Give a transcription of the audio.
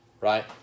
right